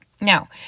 Now